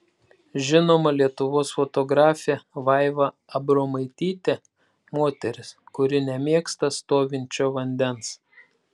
žinoma lietuvos fotografė vaiva abromaitytė moteris kuri nemėgsta stovinčio vandens